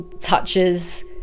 touches